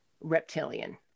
reptilian